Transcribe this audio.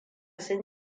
sun